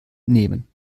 nehmen